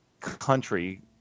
country